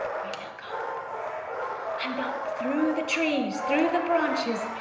we look up and up through the trees through the branches,